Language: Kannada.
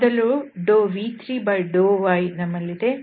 ಮೊದಲಿಗೆ v3∂yನಮ್ಮಲ್ಲಿದೆ